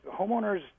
homeowners